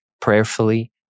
prayerfully